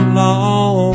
long